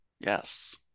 Yes